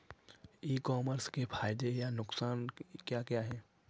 ई commerce के फायदे या नुकसान क्या क्या हैं?